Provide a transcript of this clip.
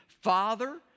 Father